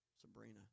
Sabrina